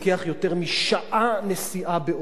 לוקח יותר משעה נסיעה.